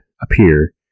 appear